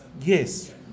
Yes